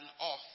off